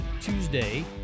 Tuesday